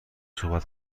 صحبت